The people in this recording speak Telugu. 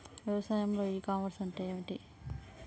వ్యవసాయంలో ఇ కామర్స్ అంటే ఏమిటి?